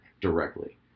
directly